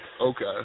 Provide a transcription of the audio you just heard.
Okay